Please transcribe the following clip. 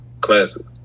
classic